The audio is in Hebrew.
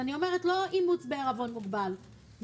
אני אומרת: לא אימוץ בערבון מוגבל.